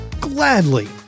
Gladly